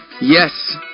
Yes